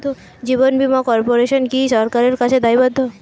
জীবন বীমা কর্পোরেশন কি সরকারের কাছে দায়বদ্ধ?